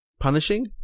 Punishing